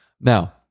now